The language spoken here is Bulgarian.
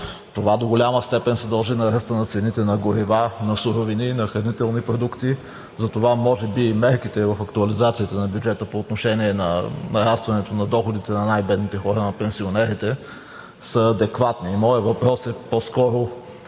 Това до голяма степен се дължи на ръста на цените на горива, на суровини, на хранителни продукти. Затова може би и мерките в актуализацията на бюджета по отношение на нарастване на доходите на най-бедните хора – на пенсионерите, са адекватни. Моят въпрос е по-скоро: